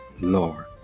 Lord